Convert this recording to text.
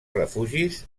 refugis